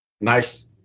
nice